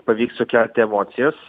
pavyks sukelti emocijas